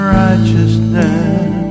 righteousness